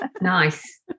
Nice